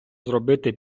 зробити